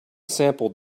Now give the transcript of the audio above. sampled